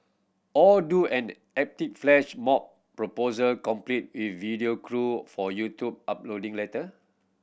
or do an epic flash mob proposal complete video crew for YouTube uploading later